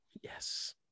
yes